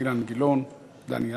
אילן גילאון, דני עטר,